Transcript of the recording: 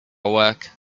work